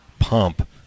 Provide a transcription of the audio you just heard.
pump